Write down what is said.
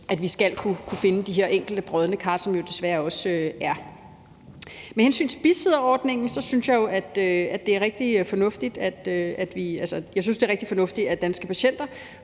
at vi skal kunne finde de her enkelte brodne kar, som der desværre også er. Med hensyn til bisidderordningen synes jeg, at det er rigtig fornuftigt, at Danske Patienter får bisidderordningen, men jeg kan